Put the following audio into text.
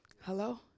Hello